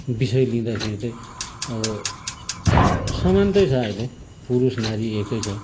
विषय लिँदाखेरि चाहिँ अब समानतै छ आहिले पुरुष नारी एकै छ